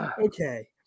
Okay